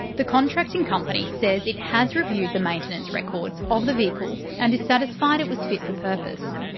the contracting company says it has reviewed the maintenance records of the vehicle and is satisfied it was fit for purpose.